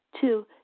Two